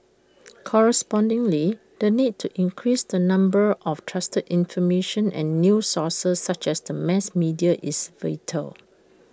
correspondingly the need to increase the number of trusted information and news sources such as the mass media is vital